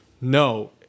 no